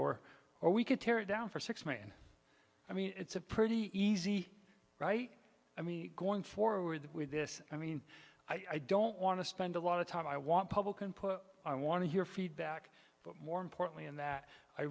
or or we could tear it down for six main i mean it's a pretty easy right i mean going forward with this i mean i don't want to spend a lot of time i want public input i want to hear feedback but more importantly in that i